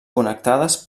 connectades